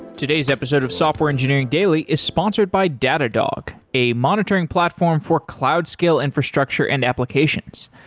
today's episode of software engineering daily is sponsored by datadog, a monitoring platform for cloud scale infrastructure and applications.